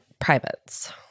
privates